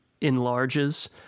enlarges